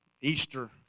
Easter